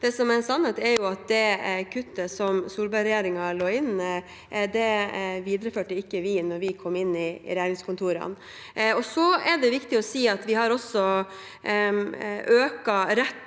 Det som er en sannhet, er jo at det kuttet som Solberg-regjeringen la inn, videreførte vi ikke da vi kom i regjeringskontorene. Så er det viktig å si at vi har også økt retten